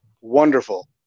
Wonderful